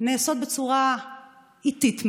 נעשות בצורה איטית מדי,